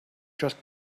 just